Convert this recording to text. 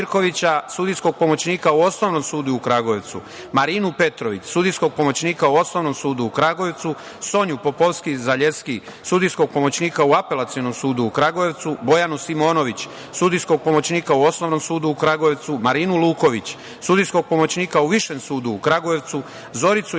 sudijskog pomoćnika u Osnovnom sudu u Kragujevcu, Marinu Petrović, sudijskog pomoćnika u Osnovnom sudu u Kragujevcu, Sonju Popovski Zaljevski, sudijskog pomoćnika u Apelacionom sudu u Kragujevcu, Bojanu Simonović, sudijskog pomoćnika u Osnovnom sudu u Kragujevcu, Marinu Luković, sudijskog pomoćnika u Višem sudu u Kragujevcu, Zoricu Jovanović,